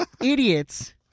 idiots